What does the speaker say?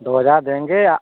दो हजार देंगे या